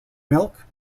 milk